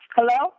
Hello